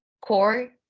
core